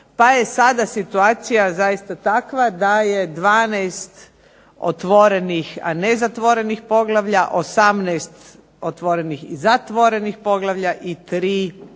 Pa je situacija zaista takva da je 12 otvoreno, a ne zatvorenih poglavlja, 18 otvorenih i zatvorenih i 3 još neotvorena.